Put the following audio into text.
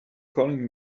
calling